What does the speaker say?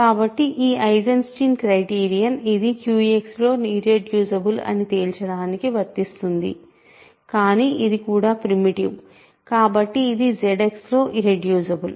కాబట్టి ఈ Eisenstein criterion ఇది QX లో ఇర్రెడ్యూసిబుల్ అని తేల్చడానికి వర్తిస్తుంది కానీ ఇది కూడా ప్రిమిటివ్ కాబట్టి ఇది ZX లో ఇర్రెడ్యూసిబుల్